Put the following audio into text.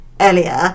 earlier